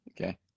Okay